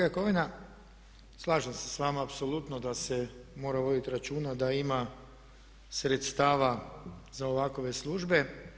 Kolega Jakovina, slažem se s vama apsolutno da se mora voditi računa da ima sredstava za ovakve službe.